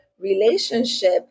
relationship